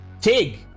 Tig